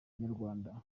inyarwanda